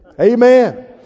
Amen